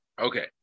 Okay